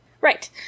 Right